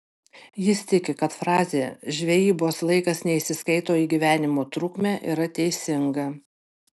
jis tiki kad frazė žvejybos laikas neįsiskaito į gyvenimo trukmę yra teisinga